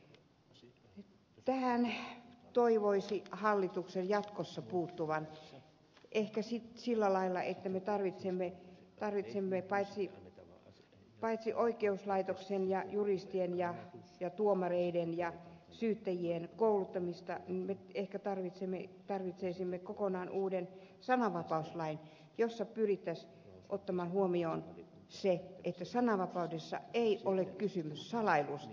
tähän toivoisi hallituksen jatkossa puuttuvan ehkä sillä lailla että me tarvitsisimme paitsi oikeuslaitoksen ja juristien ja tuomareiden ja syyttäjien kouluttamista myös ehkä kokonaan uuden sananvapauslain jossa pyrittäisiin ottamaan huomioon se että sananvapaudessa ei ole kysymys salailusta